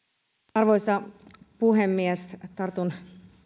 arvoisa puhemies tartun